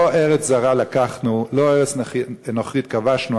לא ארץ זרה לקחנו, לא ארץ נוכרית כבשנו.